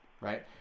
right